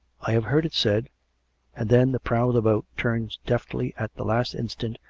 i have heard it said and then the prow of the boat, turned deftly at the last instant,